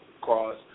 Cross